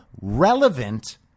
relevant